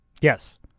yes